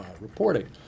Reporting